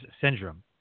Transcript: syndrome